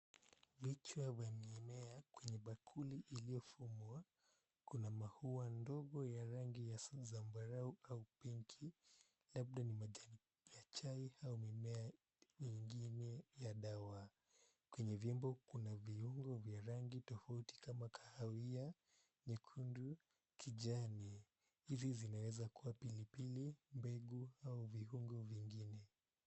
Michwe wenye mimea. Kwenye bakuli iliyofungwa kuna maua ndogo ya rangi ya zambarau au pinki, labda ni majani ya chai au mimea nyingine ya dawa. Kwenye vyombo kuna viungo vya rangi tofauti kama kahawia, nyekundu, kijani. Hizi zinaweza kua pilipili, mbegu au viungo vingine.